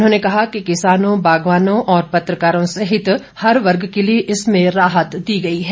उन्होंने कहा कि किसानों बागवानों और पत्रकारों सहित हर वर्ग के लिए इसमें राहत दी गई है